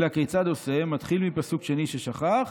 אלא כיצד עושה, מתחיל מפסוק שני ששכח